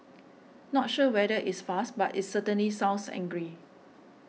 not sure whether it's fast but it's certainly sounds angry